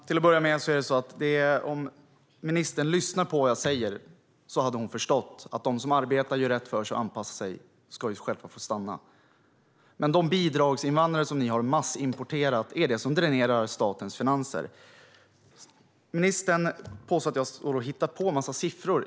Herr talman! Om ministern hade lyssnat på vad jag sa hade hon förstått att de som arbetar, gör rätt för sig och anpassar sig självklart ska få stanna. Men de bidragsinvandrare som ni har massimporterat är det som dränerar statens finanser. Ministern påstår att jag står och hittar på en massa siffror.